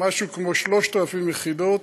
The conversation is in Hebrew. משהו כמו 3,000 יחידות,